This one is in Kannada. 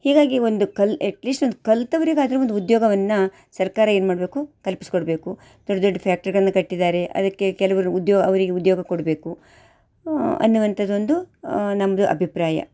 ಹೀಗಾಗಿ ಒಂದು ಕಲ್ಲು ಅಟ್ಲೀಸ್ಟ್ ಒಂದು ಕಲಿತವ್ರಿಗಾದ್ರೂ ಒಂದು ಉದ್ಯೋಗವನ್ನು ಸರ್ಕಾರ ಏನು ಮಾಡಬೇಕು ಕಲ್ಪಿಸಿಕೊಡ್ಬೇಕು ದೊಡ್ಡ ದೊಡ್ಡ ಪ್ಯಾಕ್ಟರಿಗಳನ್ನ ಕಟ್ಟಿದ್ದಾರೆ ಅದಕ್ಕೆ ಕೆಲವರು ಉದ್ಯೋ ಅವರಿಗೆ ಉದ್ಯೋಗ ಕೊಡಬೇಕು ಅನ್ನುವಂಥದ್ದು ಒಂದು ನಮ್ಮದು ಅಭಿಪ್ರಾಯ